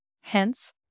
Hence